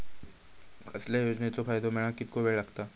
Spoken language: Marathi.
कसल्याय योजनेचो फायदो मेळाक कितको वेळ लागत?